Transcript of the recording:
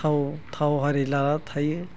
थाव थाव आरि लाना थायो